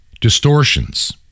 distortions